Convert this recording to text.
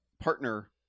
partner